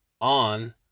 on